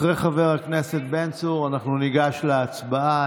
אחרי חבר הכנסת בן צור אנחנו ניגש להצבעה.